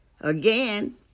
Again